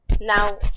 now